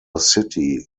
city